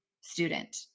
student